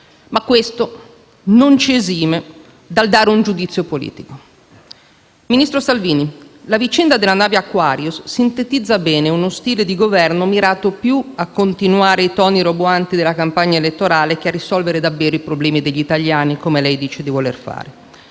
ciò non ci esime dal dare un giudizio politico. Ministro Salvini, la vicenda della nave Aquarius sintetizza bene uno stile di Governo mirato più a continuare i toni roboanti della campagna elettorale, che a risolvere davvero i problemi degli italiani, come lei dice di voler fare.